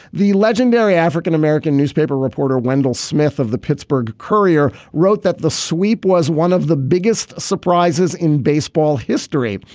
the legendary african-american newspaper reporter wendell smith of the pittsburgh courier wrote that the sweep was one of the biggest surprises in baseball history.